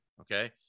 Okay